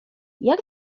jak